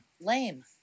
lame